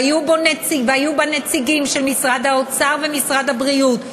והיו בה נציגים של משרד האוצר ומשרד הבריאות,